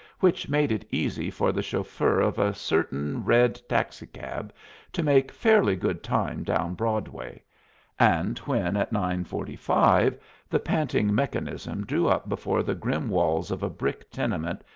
which made it easy for the chauffeur of a certain red taxi-cab to make fairly good time down broadway and when at nine-forty-five the panting mechanism drew up before the grim walls of a brick tenement,